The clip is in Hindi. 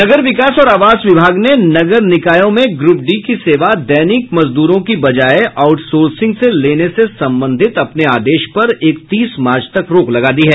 नगर विकास और आवास विभाग ने नगर निकायों में ग्रप डी की सेवा दैनिक मजदूरों के बजाय आउटसोर्सिंग से लेने से संबंधित अपने आदेश पर इकतीस मार्च तक रोक लगा दी है